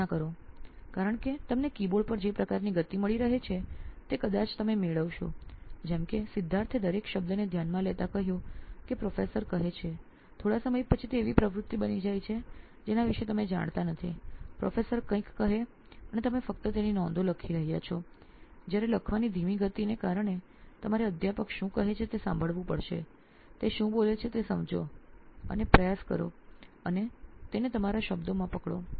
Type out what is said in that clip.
કલ્પના કરો કારણ કે તમને કીબોર્ડ પર જે પ્રકારની ગતિ મળી રહી છે તે તમે કદાચ મેળવશો જેમ કે સિદ્ધાર્થે દરેક શબ્દને ધ્યાનમાં લેતા કહ્યું કે પ્રાધ્યાપક કહે છે થોડા સમય પછી તે એવી પ્રવૃત્તિ બની જાય છે જેના વિશે તમે જાણતા પણ નથી પ્રાધ્યાપક કંઇક કહે અને તમે ફક્ત તેની નોંધો લખી રહ્યાં છો જ્યારે લખવાની ધીમી ગતિને કારણે તમારે અધ્યાપક શું કહે છે તે સાંભળવું પડશે તે શું બોલે છે તે સમજો અને પ્રયાસ કરો અને તેને તમારા શબ્દોમાં પકડો